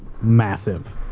Massive